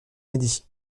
midi